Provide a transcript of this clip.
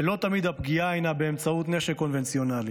ולא תמיד הפגיעה הינה באמצעות נשק קונבנציונלי.